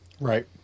Right